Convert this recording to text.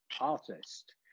artist